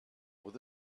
with